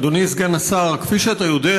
אדוני סגן השר, כפי שאתה יודע,